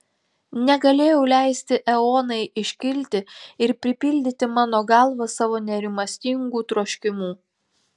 negalėjau leisti eonai iškilti ir pripildyti mano galvą savo nerimastingų troškimų